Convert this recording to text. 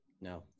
No